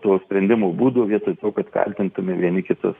to sprendimo būdų vietoj to kad kaltintume vieni kitus